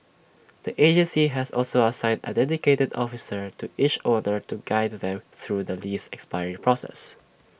the agency has also assigned A dedicated officer to each owner to guide them through the lease expiry process